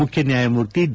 ಮುಖ್ಯನ್ಯಾಯಮೂರ್ತಿ ಡಿ